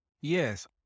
Yes